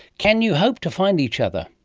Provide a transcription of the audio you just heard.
can you hope to find each other?